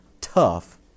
tough